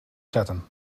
zetten